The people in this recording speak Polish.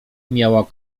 miała